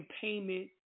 payment